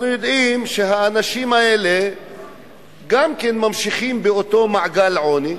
אנחנו יודעים שהאנשים האלה גם כן ממשיכים באותו מעגל עוני,